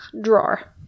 drawer